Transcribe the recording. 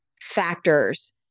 factors